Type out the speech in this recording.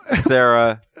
Sarah